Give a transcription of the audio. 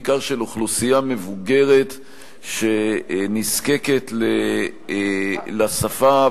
בעיקר של אוכלוסייה מבוגרת שנזקקת לשפה,